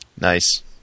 nice